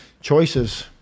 choices